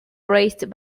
raised